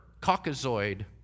caucasoid